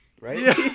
right